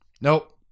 Nope